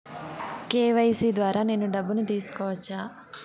KYC ద్వారా నేను డబ్బును తీసుకోవచ్చా?